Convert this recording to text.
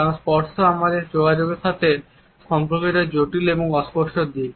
কারণ স্পর্শ আমাদের যোগাযোগের সাথে সম্পর্কিত একটি জটিল এবং অস্পষ্ট দিক